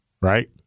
right